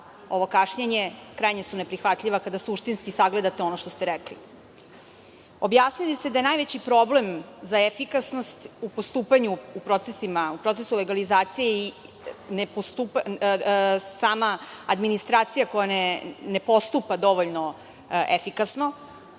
ovo kašnjenje krajnje su neprihvatljiva kada suštinski sagledate ono što ste rekli. Objasnili ste da je najveći problem za efikasnost u postupanju u procesu legalizacije sama administracija koja ne postupa dovoljno efikasno.